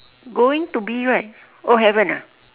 going to be right oh haven't ah